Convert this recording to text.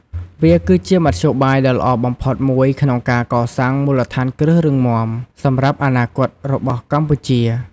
វាគឺជាមធ្យោបាយដ៏ល្អបំផុតមួយក្នុងការ កសាងមូលដ្ឋានគ្រឹះរឹងមាំ សម្រាប់អនាគតរបស់កម្ពុជា។